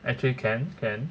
actually can can